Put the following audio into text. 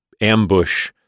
ambush